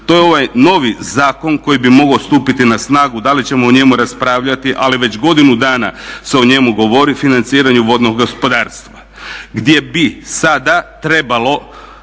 to je ovaj novi zakon koji bi mogao stupiti na snagu. Da li ćemo o njemu raspravljati, ali već godinu dana se o njemu govori, financiranje vodnog gospodarstva